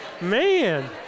Man